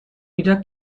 wieder